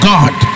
God